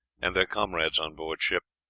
and their comrades on board ship,